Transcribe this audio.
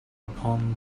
upon